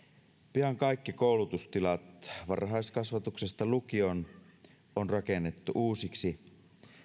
pian kaikki koulutustilat varhaiskasvatuksesta lukioon on rakennettu uusiksi